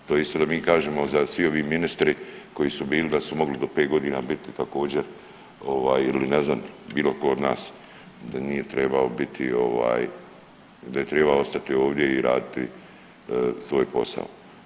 To je isto da mi kažemo da svi ovi ministri koji su bili da su mogli do pet godina biti također ili ne znam bilo tko od nas, da nije trebao biti, da je trebao ostati ovdje i raditi svoj posao.